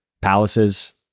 Palaces